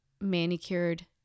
manicured